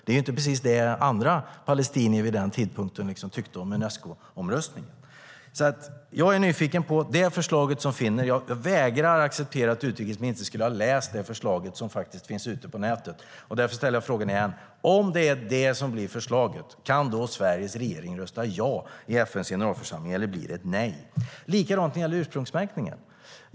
Det var inte precis det andra palestinier vid den tidpunkten tyckte om Unescoomröstningen. Jag är nyfiken. Jag vägrar att acceptera att utrikesministern inte skulle ha läst det förslag som finns ute på nätet. Därför ställer jag frågan igen: Om det är det som blir förslaget, kan då Sveriges regering rösta ja i FN:s generalförsamling, eller blir det ett nej? Likadant är det när det gäller ursprungsmärkningen.